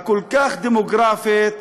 הכל-כך דמוגרפית,